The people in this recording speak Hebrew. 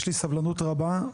יש לי סבלנות רבה,